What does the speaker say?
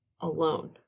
alone